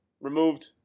removed